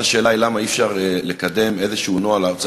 אז השאלה היא למה אי-אפשר לקדם נוהל כלשהו,